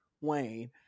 Wayne